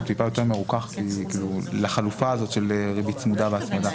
טיפה יותר מרוכך לחלופה הזאת של ריבית צמודה והצמדה.